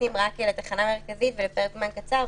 שנכנסים רק לתחנה המרכזית ולפרק זמן קצר,